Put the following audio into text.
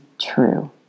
true